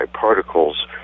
particles